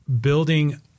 building